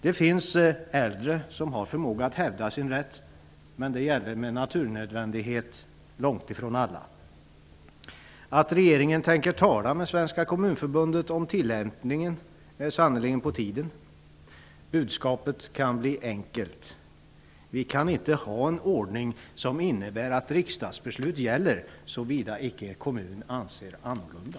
Det finns äldre som har förmåga att hävda sin rätt, men det gäller med naturnödvändighet långt ifrån alla. Att regeringen tänker tala med Svenska kommunförbundet om tillämpningen av lagen är sannerligen på tiden. Budskapet kan bli enkelt: Vi kan inte ha en ordning som innebär att riksdagsbeslut gäller såvida icke kommunen anser annorlunda.